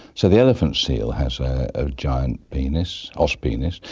so the elephant seal has a giant penis, os penis.